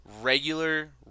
regular